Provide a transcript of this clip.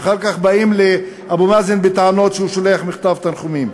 ואחר כך באים לאבו מאזן בטענות שהוא שולח מכתב תנחומים.